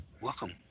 welcome